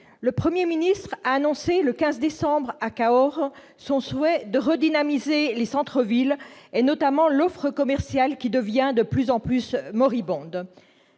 Le Premier ministre a annoncé le 15 décembre dernier à Cahors son souhait de redynamiser les centres-villes, notamment leur offre commerciale, de plus en plus moribonde.